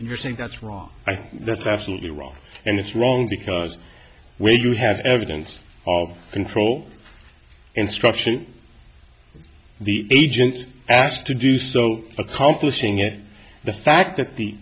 you're saying that's wrong i think that's absolutely wrong and it's wrong because when you have evidence of control instruction the agent asked to do so accomplishing it the fact that the